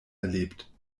erlebt